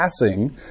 passing